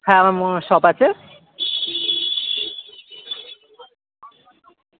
হ্যাঁ আমার mobile shop আছে